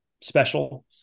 special